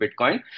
bitcoin